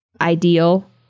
ideal